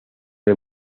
del